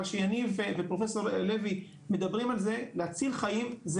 אבל שאני ופרופסור לוי מדברים על זה להציל חיים,